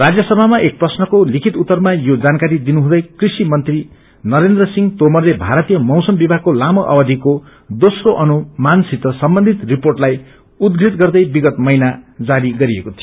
राज्यसभामा एक प्रश्नको लिखित उत्तरमा यो जानकारी दिनुहुँदै क्रषि मंत्री नरेन्द्र सिंह तोमरले भारतीय मौसम विभागको लामो अवधिको दोस्रो अनुमानसित सम्वन्धित रिपोटलाई उद्युत गर्दै विगत महीना जारी गरिएको थियो